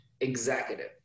executive